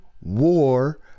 war